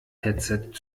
headset